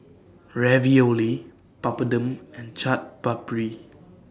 Ravioli Papadum and Chaat Papri